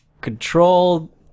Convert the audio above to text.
control